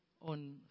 on